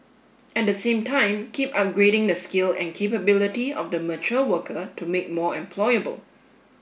at the same time keep upgrading the skill and capability of the mature worker to make more employable